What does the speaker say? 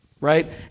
right